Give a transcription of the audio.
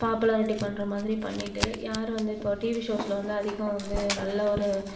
popularity பண்ணுற மாதிரி பண்ணிட்டு யார் வந்து இப்ப டிவி ஷோஸ்ல வந்து அதிகமாக வந்து நல்ல ஒரு